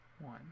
one